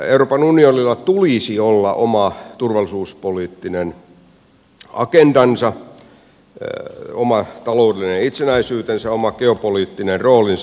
euroopan unionilla tulisi olla oma turvallisuuspoliittinen agendansa oma taloudellinen itsenäisyytensä oma geopoliittinen roolinsa